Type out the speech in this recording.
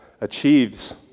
achieves